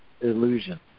illusion